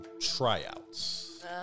tryouts